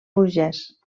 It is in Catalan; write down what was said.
burgès